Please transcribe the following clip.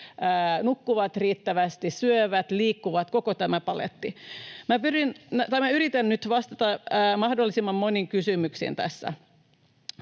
nukkuvat riittävästi, syövät, liikkuvat, koko tämä paletti. Minä yritän nyt vastata mahdollisimman moniin kysymyksiin tässä.